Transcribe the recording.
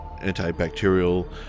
antibacterial